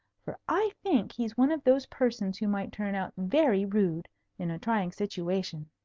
for i think he's one of those persons who might turn out very rude in a trying situation.